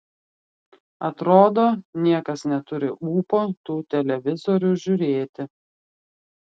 atrodo niekas neturi ūpo tų televizorių žiūrėti